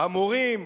המורים,